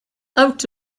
out